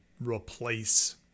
replace